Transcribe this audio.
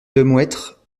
lemouettre